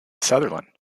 sutherland